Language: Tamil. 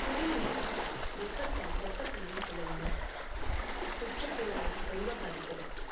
புவியின் வெப்பத்தை வெப்பத்தனம் சொல்லுவாங்கள் சுற்றுச்சூழலை ரொம்ப பாதிக்குது